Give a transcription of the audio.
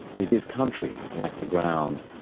it is country, like the ground,